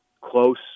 close